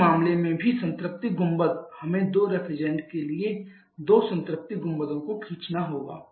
उस मामले में भी संतृप्ति गुंबद हमें दो रेफ्रिजरेट के लिए दो संतृप्ति गुंबदों को खींचना होगा